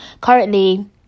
Currently